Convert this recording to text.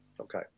Okay